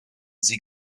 sie